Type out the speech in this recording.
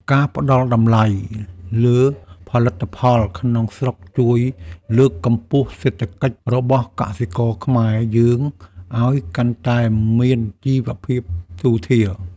ការផ្ដល់តម្លៃលើផលិតផលក្នុងស្រុកជួយលើកកម្ពស់សេដ្ឋកិច្ចរបស់កសិករខ្មែរយើងឱ្យកាន់តែមានជីវភាពធូរធារ។